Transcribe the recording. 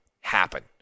happen